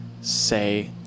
say